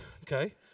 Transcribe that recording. okay